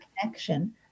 connection